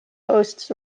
hosts